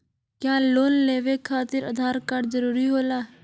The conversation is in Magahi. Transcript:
क्या लोन लेवे खातिर आधार कार्ड जरूरी होला?